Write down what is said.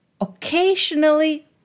occasionally